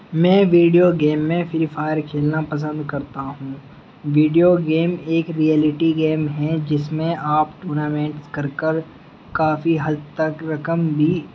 میں video game میں free fire کھیلنا پسند کرتا ہوں ویڈیو گیم ایک ریئلٹی گیم ہے جس میں آپ ٹورنامنٹس کر کر کافی حد تک رقم بھی